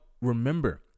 remember